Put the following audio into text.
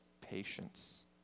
patience